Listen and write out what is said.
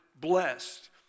Blessed